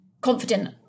confident